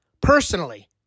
personally